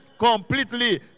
completely